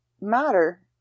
matter